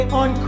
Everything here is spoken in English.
on